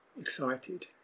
excited